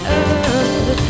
earth